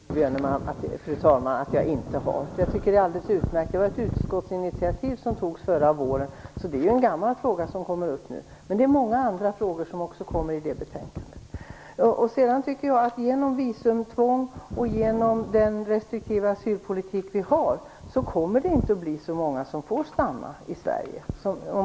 Fru talman! Maud Björnemalm vet att jag inte har något emot det. Det är alldeles utmärkt. Det var ett utskottsinitiativ som togs förra våren, så det är en gammal fråga som kommer upp nu. Det är också många andra frågor som kommer att behandlas i det betänkandet. Genom visumtvång och genom den restriktiva asylpolitik som vi har kommer det inte att bli så många som får stanna i Sverige.